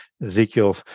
Ezekiel